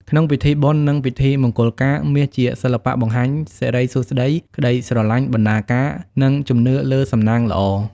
ក្នុងពិធីបុណ្យនឹងពិធីមង្គលការ មាសជាសិល្បៈបង្ហាញសិរីសួស្តី ក្តីស្រឡាញ់ បណ្តាការ និងជំនឿលើសំណាងល្អ។